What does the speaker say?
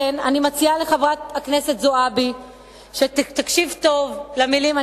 אני מציעה לחברת הכנסת זועבי שתקשיב טוב למלים,